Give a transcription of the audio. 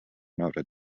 noted